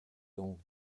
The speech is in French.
donc